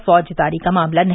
फौजदारी मामला नहीं